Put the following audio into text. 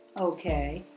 Okay